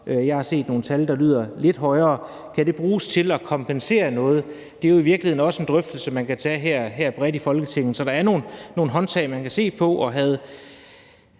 jeg har set nogle tal, der er lidt højere – ved jeg ikke, og om det kan bruges til at kompensere med, er i virkeligheden også en drøftelse, man kan tage her bredt i Folketinget. Så der er nogle håndtag, man kan se på.